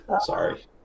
Sorry